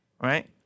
Right